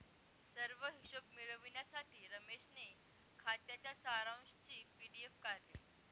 सर्व हिशोब मिळविण्यासाठी रमेशने खात्याच्या सारांशची पी.डी.एफ काढली